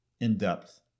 in-depth